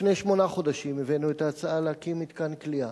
לפני שמונה חודשים הבאנו את ההצעה להקים מתקן כליאה,